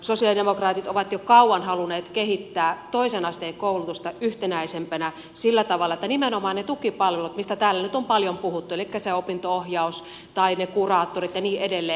sosialidemokraatit ovat jo kauan halunneet kehittää toisen asteen koulutusta yhtenäisempänä sillä tavalla että nimenomaan niitä tukipalveluja mistä täällä nyt on paljon puhuttu elikkä se opinto ohjaus tai ne kuraattorit ja niin edelleen